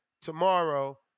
tomorrow